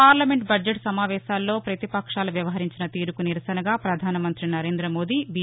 parliament బద్లెట్ సమావేశాలలో పతిపక్షాలు వ్యవహరించిన తీరుకు నిరసనగా పధాన మంత్రి నరేందమోదీ బి